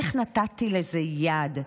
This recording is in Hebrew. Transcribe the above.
איך נתתי לזה יד?